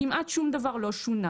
כמעט שום דבר לא שונה.